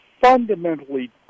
fundamentally